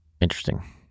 Interesting